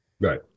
Right